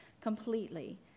completely